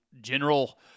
general